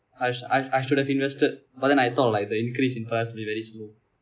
I sh~ I I should have invested but then I thought like the increase in price will be very slow